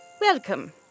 Welcome